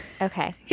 Okay